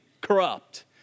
corrupt